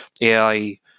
AI